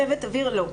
צוות אוויר, לא.